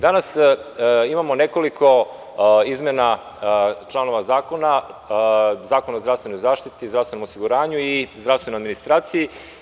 Danas imamo nekoliko izmena članova zakona – Zakon o zdravstvenoj zaštiti i zdravstvenom osiguranju i zdravstvenoj administraciji.